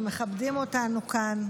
שמכבדים אותנו כאן,